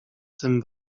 tym